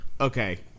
Okay